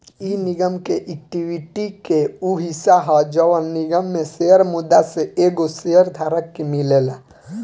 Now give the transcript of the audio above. इ निगम के एक्विटी के उ हिस्सा ह जवन निगम में शेयर मुद्दा से एगो शेयर धारक के मिलेला